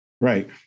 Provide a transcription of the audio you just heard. Right